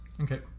Okay